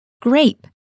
Grape